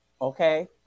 Okay